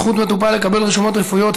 זכות מטופל לקבל רשומות רפואיות),